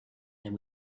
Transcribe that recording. and